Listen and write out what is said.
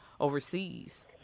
overseas